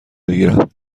بگیرم